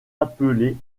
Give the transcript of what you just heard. appelés